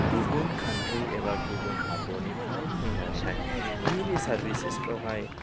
गुबुन कान्ट्रि एबा गुबुन हादरनिफ्राय फैनानैहाय नैबे सारभिसिसफ्रावहाय